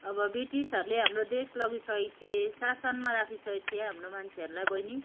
अब ब्रिटिसहरूले हाम्रो देश लगिसकेको थिए शाषणमा राखिसकेको थिए हाम्रो मान्छेहरूलाई बहिनी